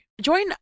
join